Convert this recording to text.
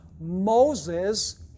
Moses